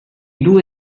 due